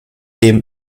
dem